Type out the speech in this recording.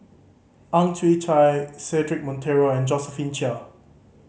Ang Chwee Chai Cedric Monteiro and Josephine Chia